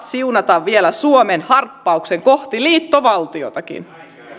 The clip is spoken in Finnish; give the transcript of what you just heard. siunata vielä suomen harppauksen kohti liittovaltiotakin